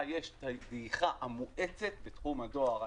יש את הדעיכה המואצת בתחום הדואר.